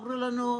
אמרו לנו,